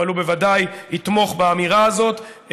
אבל הוא בוודאי יתמוך באמירה הזאת,